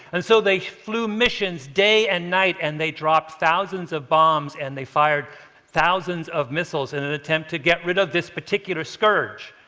and so they flew missions day and night, and they dropped thousands of bombs, and they fired thousands of missiles in an attempt to get rid of this particular scourge.